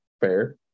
Fair